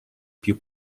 più